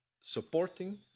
supporting